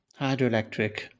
hydroelectric